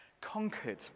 conquered